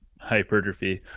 hypertrophy